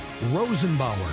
Rosenbauer